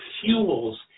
fuels